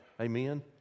amen